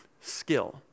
skill